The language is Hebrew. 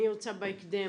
אני רוצה בהקדם,